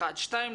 שניים,